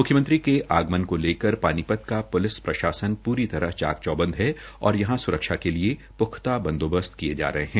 मुख्यमंत्री के आगमन को लेकर पानीपत का प्लिस प्रशासन पूरी तरह चाक चौबंद है और यहां स्रक्षा के लिए प्ख्ता बंदोबस्त किए जा रहे है